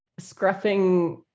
scruffing